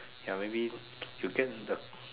ya maybe you get the